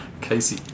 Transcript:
Casey